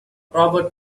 robert